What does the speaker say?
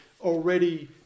already